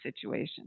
situation